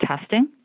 testing